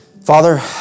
Father